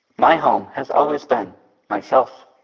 my home has always been myself.